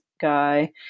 guy